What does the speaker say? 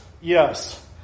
Yes